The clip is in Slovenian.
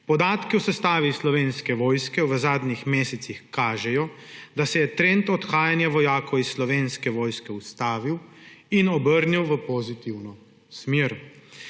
Podatki o sestavi Slovenske vojske v zadnjih mesecih kažejo, da se je trend odhajanja vojakov iz Slovenske vojske ustavil in obrnil v pozitivno smer.